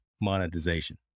monetization